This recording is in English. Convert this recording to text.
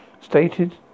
Stated